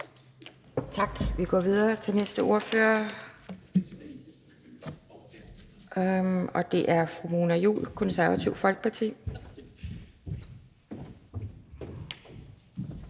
Tak. Vi går videre til den næste ordfører, og det er fru Mona Juul fra Det Konservative Folkeparti.